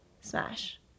smash